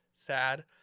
sad